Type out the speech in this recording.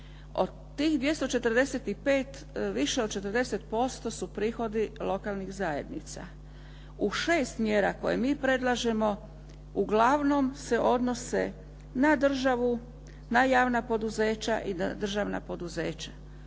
Od tih 245, više od 40% su prihodi lokalnih zajednica. U šest mjera koje mi predlažemo uglavnom se odnose na državu, na javna poduzeća i na državna poduzeća.